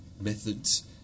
methods